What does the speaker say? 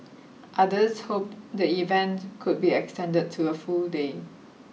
others hoped the event could be extended to a full day